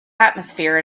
atmosphere